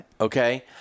okay